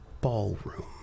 ballroom